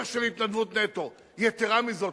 יתירה מזאת,